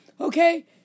Okay